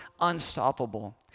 unstoppable